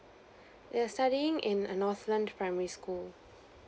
yes studying in a northland primary school